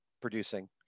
producing